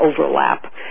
overlap